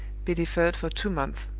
be deferred for two months.